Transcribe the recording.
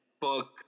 book